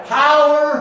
power